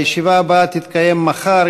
הישיבה הבאה תתקיים מחר,